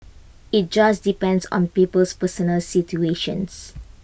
IT just depends on people's personal situations